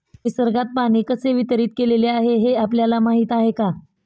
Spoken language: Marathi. निसर्गात पाणी कसे वितरीत केलेले आहे हे आपल्याला माहिती आहे का?